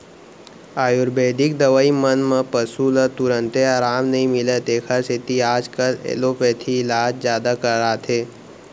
आयुरबेदिक दवई मन म पसु ल तुरते अराम नई मिलय तेकर सेती आजकाल एलोपैथी इलाज जादा कराथें